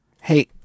Hey